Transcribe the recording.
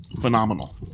phenomenal